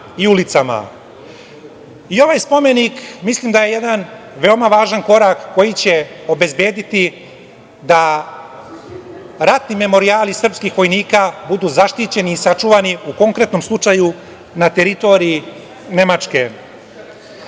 spomenik, mislim da je jedan veoma važan korak koji će obezbediti da ratni memorijali srpskih vojnika budu zaštićeni i sačuvani, u konkretnom slučaju na teritoriji Nemačke. Do